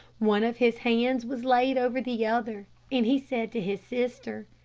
one of his hands was laid over the other, and he said to his sister,